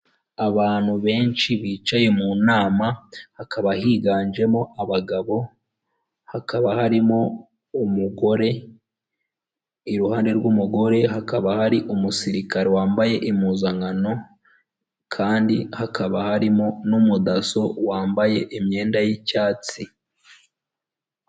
Abantu benshi bicaye mu nama, hakaba higanjemo abagabo, hakaba harimo umugore, iruhande rw'umugore, hakaba hari umusirikare wambaye impuzankano kandi hakaba harimo n'umudaso wambaye imyenda y'icyatsi.